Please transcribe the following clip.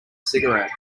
cigarette